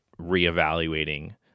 reevaluating